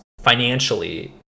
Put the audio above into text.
financially